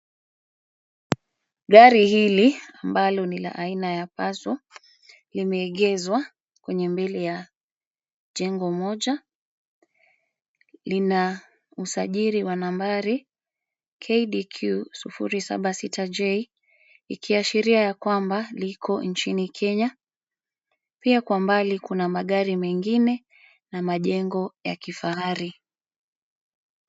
Gari hili, ambalo ni la aina ya Passo , limeegezwa kwenye mbele ya jengo moja. Lina usajili wa nambari KDQ sufuri saba sita j , ikiashiria ya kwamba, liko nchini Kenya. Pia kwa mbali kuna magari mengine na majengo ya kifahari.